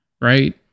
right